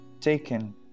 taken